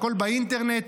הכול באינטרנט.